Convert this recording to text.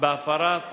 בהפרה של